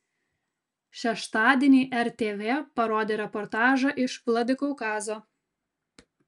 šeštadienį rtv parodė reportažą iš vladikaukazo